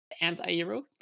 anti-hero